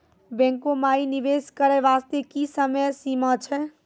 बैंको माई निवेश करे बास्ते की समय सीमा छै?